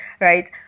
Right